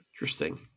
Interesting